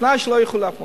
בתנאי שלא ילכו לאף מקום.